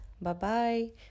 Bye-bye